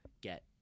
get